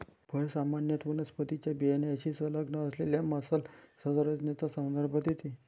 फळ सामान्यत वनस्पतीच्या बियाण्याशी संलग्न असलेल्या मांसल संरचनेचा संदर्भ देते